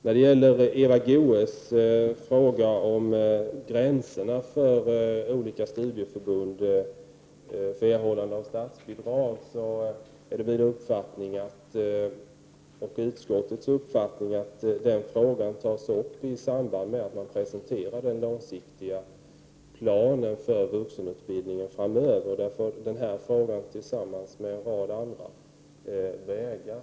När det gäller Eva Goés fråga om gränserna för erhållande av statsbidrag är det min uppfattning — och utskottets uppfattning — att den frågan tas upp i samband med att man presenterar den långsiktiga planen för vuxenutbildningen framöver. Då får den frågan vägas tillsammans med en rad andra.